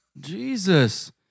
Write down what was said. Jesus